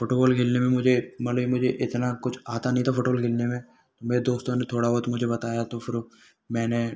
football खेलने में मुझे मले मुझे इतना कुछ आता नहीं था फ़ुटवॉल खेलने में मेरे दोस्तों ने थोड़ा बहुत मुझे बताया तो फिर मैंने